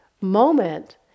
moment